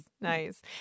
nice